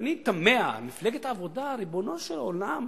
ואני תמה, מפלגת העבודה, ריבונו של עולם.